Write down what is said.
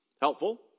Helpful